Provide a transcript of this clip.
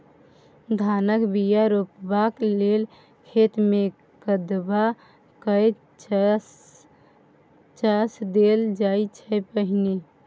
धानक बीया रोपबाक लेल खेत मे कदबा कए चास देल जाइ छै पहिने